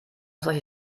solche